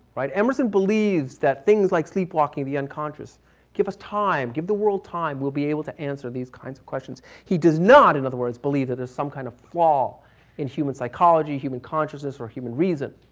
right. emerson believes that things like sleep walking, the unconscious give us time, give the world time, we'll be able to answer these kinds of questions. he does not, in other words, believe that there's some kind of flaw in human psychology, human consciousness, or human reason.